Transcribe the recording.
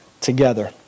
together